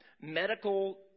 medical